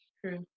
true